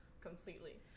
completely